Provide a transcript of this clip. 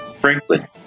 Franklin